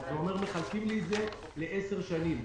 כלומר מחלקים לי את זה לעשר שנים.